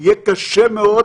יהיה קשה מאוד